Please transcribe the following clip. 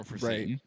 right